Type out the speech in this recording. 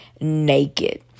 Naked